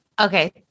Okay